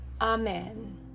Amen